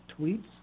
tweets